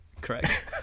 correct